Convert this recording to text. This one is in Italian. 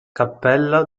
cappella